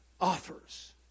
offers